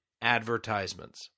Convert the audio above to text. advertisements